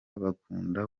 bakunda